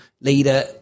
leader